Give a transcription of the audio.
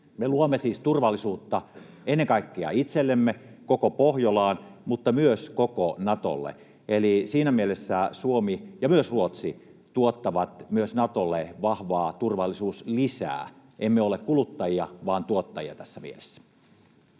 Me luomme siis turvallisuutta ennen kaikkea itsellemme ja koko Pohjolaan, mutta myös koko Natolle. Eli siinä mielessä Suomi ja myös Ruotsi tuottavat Natolle vahvaa turvallisuuslisää. Emme ole kuluttajia vaan tuottajia tässä mielessä.